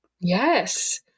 yes